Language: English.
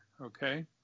Okay